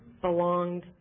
belonged